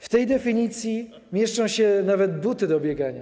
W tej definicji mieszczą się nawet buty do biegania.